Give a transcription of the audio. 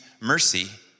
mercy